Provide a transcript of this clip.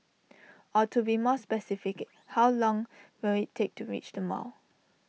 or to be more specific how long will IT take to reach the mall